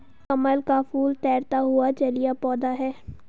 कमल का फूल तैरता हुआ जलीय पौधा है